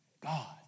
God